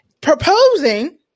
proposing